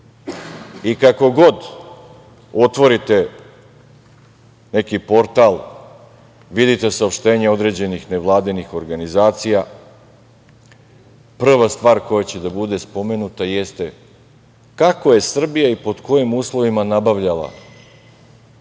i kako god otvorite neki portal, vidite saopštenje određenih nevladinih organizacija. Prva stvar koja će da bude spomenuta jeste kako je Srbija i pod kojim uslovima nabavljala